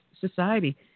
society